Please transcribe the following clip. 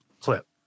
clip